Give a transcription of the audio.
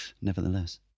nevertheless